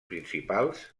principals